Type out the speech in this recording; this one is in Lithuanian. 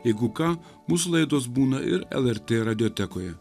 jeigu ką mūsų laidos būna ir lrt radiotekoje